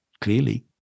clearly